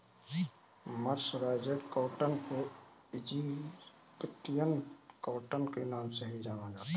mercerised cotton को Egyptian cotton के नाम से भी जाना जाता है